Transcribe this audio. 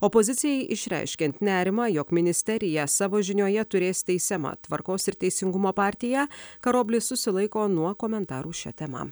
opozicijai išreiškiant nerimą jog ministerija savo žinioje turės teisiamą tvarkos ir teisingumo partiją karoblis susilaiko nuo komentarų šia tema